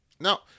Now